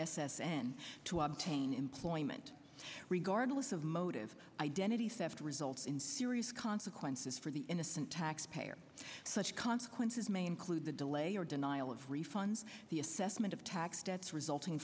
and to obtain employment regardless of motive identity theft result in serious consequences for the innocent taxpayer such consequences may include the delay or denial of refunds the assessment of tax deaths resulting